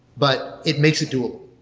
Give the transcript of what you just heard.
but it makes it doable.